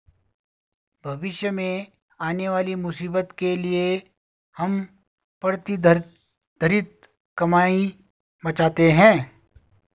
भविष्य में आने वाली मुसीबत के लिए हम प्रतिधरित कमाई बचाते हैं